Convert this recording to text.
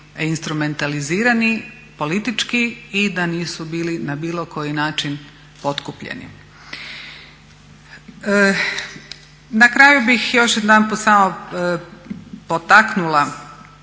instrumentalizirani politički i da nisu bili na bilo koji način potkupljeni. Na kraju bih još jedanput samo potaknula